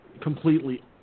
completely